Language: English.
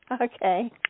Okay